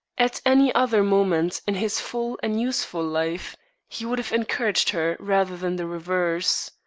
at any other moment in his full and useful life he would have encouraged her rather than the reverse.